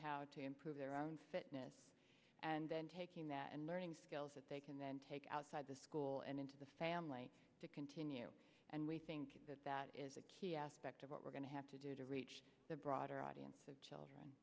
how to improve their own fitness and then taking that and learning skills that they can then take outside the school and into the family to continue and we think that that is a key aspect of what we're going to have to do to reach a broader audience of children